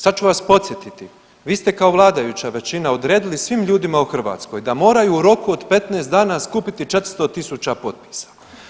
Sad ću vas podsjetiti, vi ste kao vladajuća većina odredili svim ljudima u Hrvatskoj da moraju u roku od 15 dana skupiti 400.000 potpisa.